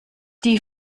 die